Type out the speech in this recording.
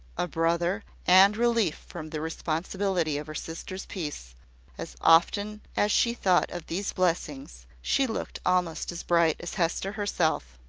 a brother, and relief from the responsibility of her sister's peace as often as she thought of these blessings, she looked almost as bright as hester herself.